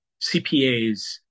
CPAs